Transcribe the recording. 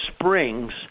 Springs